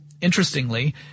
interestingly